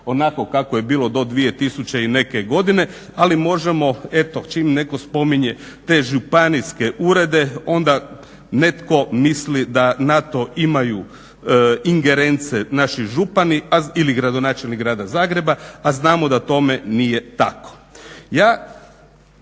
onako kao je bilo do 2000 i neke godine. Ali možemo, eto čim neko spominje te županijske urede onda netko misli da na to imaju ingerencije naši župani ili gradonačelnik Grada Zagreba, a znamo da tome nije tako.